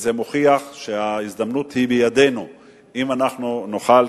וזה מוכיח שההזדמנות היא בידנו אם אנחנו נוכל,